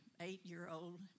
eight-year-old